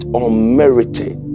unmerited